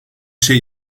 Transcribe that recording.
şey